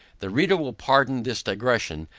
the reader will pardon this digression,